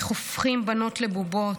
איך הופכים בנות לבובות.